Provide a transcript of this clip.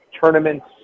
tournaments